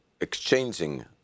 exchanging